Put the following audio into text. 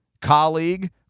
colleague